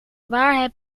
waar